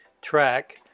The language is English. track